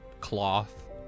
cloth